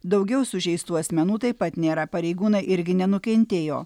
daugiau sužeistų asmenų taip pat nėra pareigūnai irgi nenukentėjo